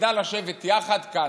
תדע לשבת יחד כאן?